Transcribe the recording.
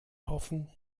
hoffen